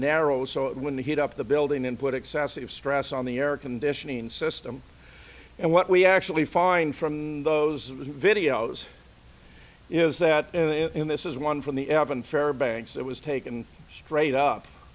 narrow so when the heat up the building and put excessive stress on the air conditioning system and what we actually find from those videos is that in this is one from the evan farah banks that was taken straight up